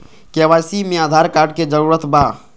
KYC में Aadhaar card के जरूरत बा?